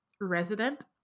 resident